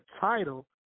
title